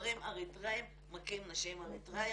גברים אריתראים מכים נשים אריתראיות,